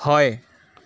হয়